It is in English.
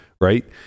right